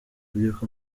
urubyiruko